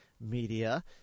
Media